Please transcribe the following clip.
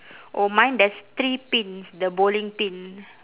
oh mine there's three pins the bowling pin